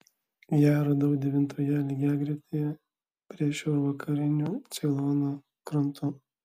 ją radau devintojoje lygiagretėje prie šiaurvakarinių ceilono krantų